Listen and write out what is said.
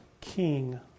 king